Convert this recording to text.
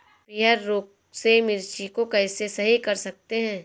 पीहर रोग से मिर्ची को कैसे सही कर सकते हैं?